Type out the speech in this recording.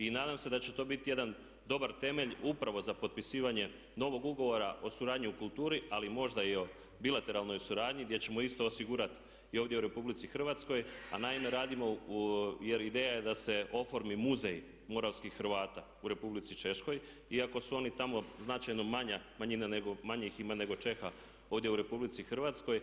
I nadam se da će to biti jedan dobar temelj upravo za potpisivanje novog ugovora o suradnji u kulturi ali možda i o bilateralnoj suradnji gdje ćemo isto osigurati i ovdje u Republici Hrvatskoj a naime radimo, jer ideja je da se oformi muzej moravskih Hrvata u Republici Češkoj iako su oni tamo značajno manja manjina nego, manje ih ima nego Čeha ovdje u Republici Hrvatskoj.